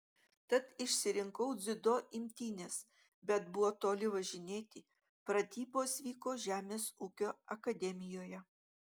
tad išsirinkau dziudo imtynes bet buvo toli važinėti pratybos vyko žemės ūkio akademijoje